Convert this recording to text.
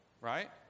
right